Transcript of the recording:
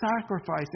sacrificing